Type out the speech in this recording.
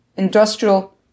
industrial